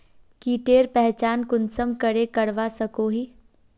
कीटेर पहचान कुंसम करे करवा सको ही?